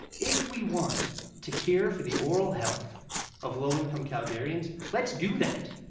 if we want to care for the oral health of low income calgarians, let's do that.